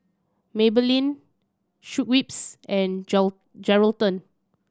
Maybelline Schweppes and Geraldton